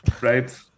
Right